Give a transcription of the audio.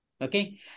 Okay